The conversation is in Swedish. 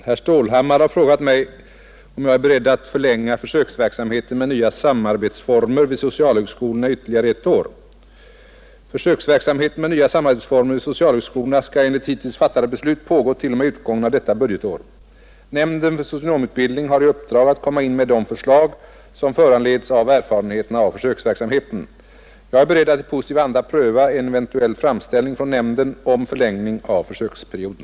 Herr talman! Herr Stålhammar har frågat mig om jag är beredd att förlänga försöksverksamheten med nya samarbetsformer vid socialhögskolorna ytterligare ett år. Försöksverksamhet med nya samarbetsformer vid socialhögskolorna skall enligt hittills fattade beslut pågå t.o.m. utgången av detta budgetår. Nämnden för socionomutbildning har i uppdrag att komma in med de förslag som föranleds av erfarenheterna av försöksverksamheten. Jag är beredd att i positiv anda pröva en eventuell framställning från nämnden om förlängning av försöksperioden.